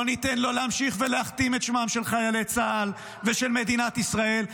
לא ניתן לו להמשיך ולהכתים את שמם של חיילי צה"ל ושל מדינת ישראל,